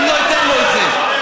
אני לא אתן לו את זה.